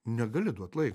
negali duot laiko